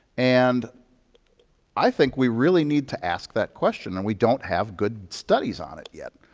and i think we really need to ask that question and we don't have good studies on it yet.